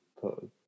put